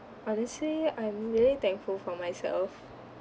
I would say I'm really thankful for myself